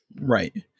Right